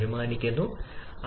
5 അതായത് 13